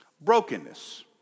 Brokenness